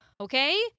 Okay